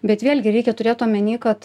bet vėlgi reikia turėt omeny kad